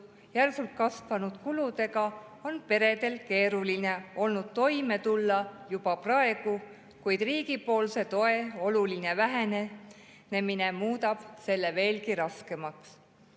järsult kasvanud kuludega on peredel keeruline olnud toime tulla juba praegu, kuid riigipoolse toe oluline vähenemine muudab selle veelgi raskemaks.